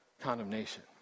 condemnation